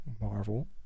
marvel